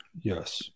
Yes